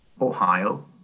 Ohio